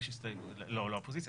לא רק לאופוזיציה,